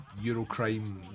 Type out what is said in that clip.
Eurocrime